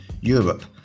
Europe